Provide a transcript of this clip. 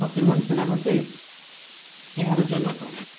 ଫକୀର ମୋହନ ସେନାପତି ଏହାର ଜନକ